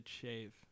shave